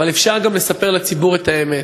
אבל אפשר גם לספר לציבור את האמת.